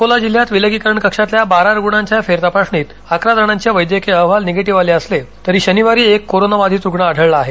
अकोला जिल्ह्यात विलगीकरण कक्षातल्या बारा रुग्णांच्या फेरतपासणीत अकरा जणांचे वैद्यकीय अहवाल निगेटिव्ह आले असले तरी शनिवारी एक कोरोना बाधित रुग्ण आढळला आहे